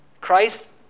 Christ